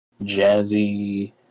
jazzy